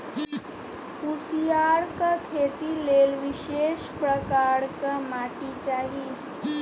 कुसियारक खेती लेल विशेष प्रकारक माटि चाही